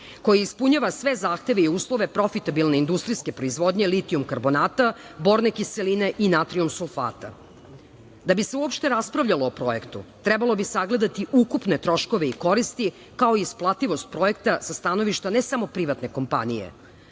koja ispunjava sve zahteve i uslove profitabilne industrijske proizvodnje litijum-karbonata, borne kiseline i natrijum-sulfata. Da bi se uopšte raspravljalo o projektu trebalo bi sagledati ukupne troškove i koristi, kao i isplativost projekta sa stanovišta ne samo privatne kompanije.